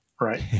Right